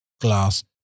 glass